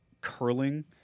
curling